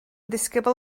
ddisgybl